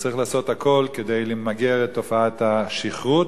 וצריך לעשות הכול כדי למגר את תופעת השכרות,